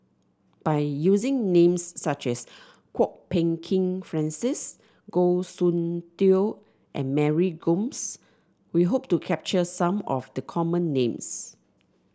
by using names such as Kwok Peng Kin Francis Goh Soon Tioe and Mary Gomes we hope to capture some of the common names